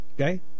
Okay